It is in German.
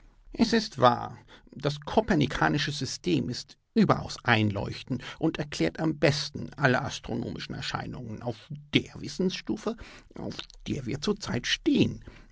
es ist wahr das kopernikanische system ist überaus einleuchtend und erklärt am besten alle astronomischen erscheinungen auf der wissensstufe auf der wir zur zeit stehen